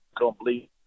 complete